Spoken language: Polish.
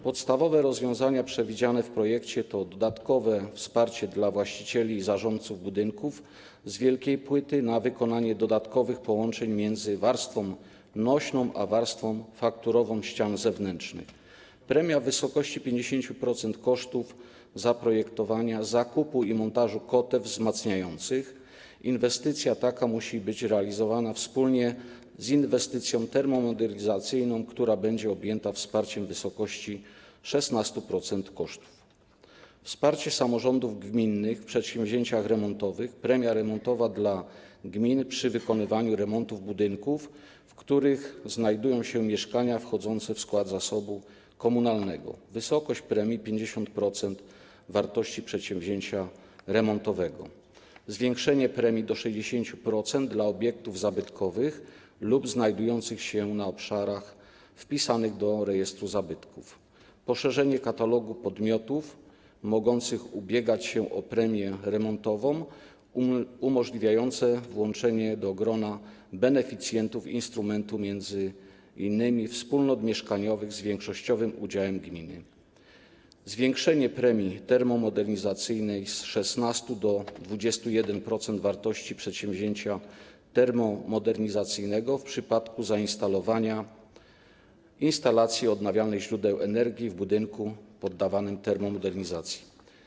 Podstawowe rozwiązania przewidziane w projekcie to: dodatkowe wsparcie dla właścicieli i zarządców budynków z wielkiej płyty na wykonanie dodatkowych połączeń między warstwą nośną a warstwą fakturową ścian zewnętrznych; premia w wysokości 50% kosztów zaprojektowania, zakupu i montażu kotew wzmacniających, przy czym inwestycja taka musi być realizowana wspólnie z inwestycją termomodernizacyjną, która będzie objęta wsparciem w wysokości 16% kosztów; wsparcie samorządów gminnych w przedsięwzięciach remontowych; premia remontowa dla gmin przy wykonywaniu remontów budynków, w których znajdują się mieszkania wchodzące w skład zasobu komunalnego, przy czym wysokość premii - 50% wartości przedsięwzięcia remontowego; zwiększenie premii do 60% w przypadku obiektów zabytkowych lub znajdujących się na obszarach wpisanych do rejestru zabytków, poszerzenie katalogu podmiotów mogących ubiegać się o premię remontową, umożliwiające włączenie do grona beneficjentów instrumentu m.in. wspólnot mieszkaniowych z większościowym udziałem gminy; zwiększenie premii termomodernizacyjnej z 16% do 21% wartości przedsięwzięcia termomodernizacyjnego w przypadku zainstalowania instalacji odnawialnych źródeł energii w budynku poddawanym termomodernizacji.